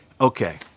Okay